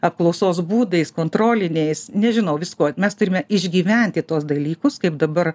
apklausos būdais kontroliniais nežinau viskuo mes turime išgyventi tuos dalykus kaip dabar